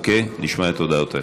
אוקיי, נשמע את הודעותיך.